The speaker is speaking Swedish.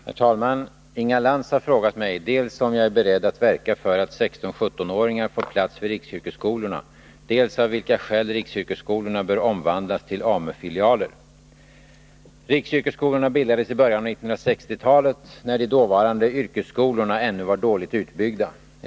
Herr talman! Inga Lantz har frågat mig dels om jag är beredd att verka för att 16 och 17-åringar får plats i riksyrkesskolorna, dels av vilka skäl riksyrkesskolorna bör omvandlas till AMU-filialer. Riksyrkesskolorna bildades i början av 1960-talet, när de dåvarande yrkesskolorna ännu var dåligt utbyggda.